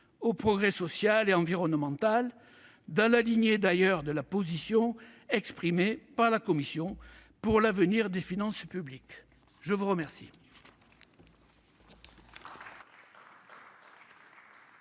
au progrès social et environnemental, dans la lignée de la position exprimée par la Commission sur l'avenir des finances publiques. Nous passons